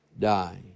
die